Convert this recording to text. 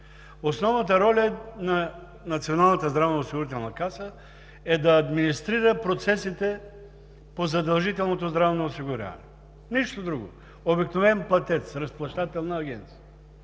Основната роля на Националната здравноосигурителна каса е да администрира процесите по задължителното здравно осигуряване. Нищо друго! Обикновен платец, разплащателна агенция!